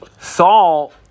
Saul